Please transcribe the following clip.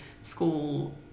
school